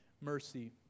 mercy